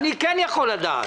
אני כן יכול לדעת,